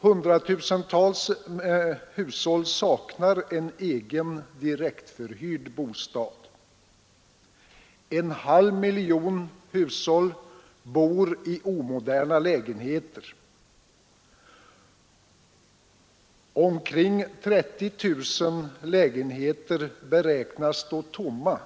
Hundratusentals hushåll saknar en egen, direktförhyrd bostad. En halv miljon hushåll bor i omoderna lägenheter. Omkring 30 000 lägenheter beräknas stå tomma